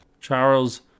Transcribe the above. Charles